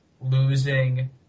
losing